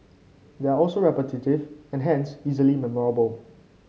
they are also repetitive and hence easily memorable